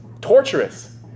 torturous